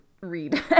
read